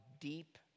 deep